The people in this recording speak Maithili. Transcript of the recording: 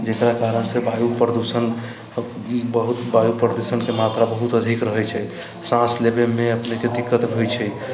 जेकरा कारण से वायु प्रदूषण बहुत वायु प्रदूषणके मात्रा बहुत अधिक रहैत छै साँस लेबेमे अपनेकेँ दिक्कत होइत छै